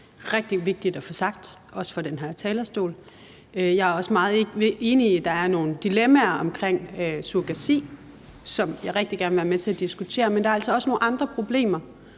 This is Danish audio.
rigtig vigtigt at få sagt, også fra Folketingets talerstol. Jeg er også meget enig i, at der er nogle dilemmaer omkring surrogati, som jeg rigtig gerne vil være med til at diskutere, men der er altså også nogle andre problemer,